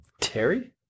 Terry